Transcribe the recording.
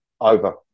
Over